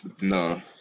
no